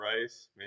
rice